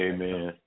Amen